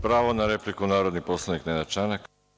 Pravo na repliku, narodni poslanik Nenad Čanak.